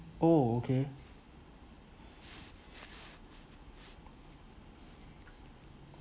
oh okay